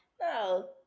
No